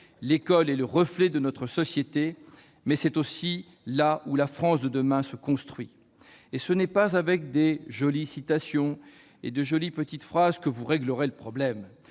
L'école est le reflet de notre société ; c'est aussi le lieu où la France de demain se construit. Ce n'est pas avec de belles citations, de jolies petites phrases que le problème